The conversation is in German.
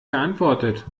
geantwortet